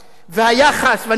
ואני שב ואומר,